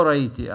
לא ראיתי.